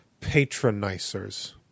patronizers